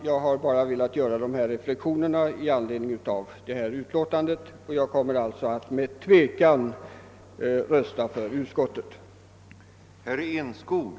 Jag har bara velat göra dessa reflexioner i anledning av utlåtandet och kommer alltså att med tvekan rösta för utskottets hemställan.